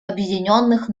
объединенных